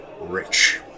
Rich